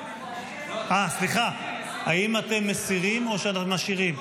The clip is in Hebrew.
סליחה, האם אתם מסירים או שמשאירים?